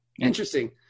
Interesting